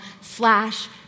slash